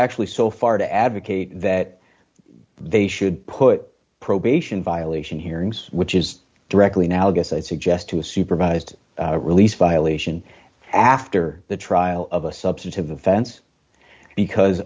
actually so far to advocate that they should put probation violation hearings which is directly analogous i suggest to a supervised release violation after the trial of a substantive offense because